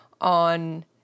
on